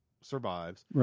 survives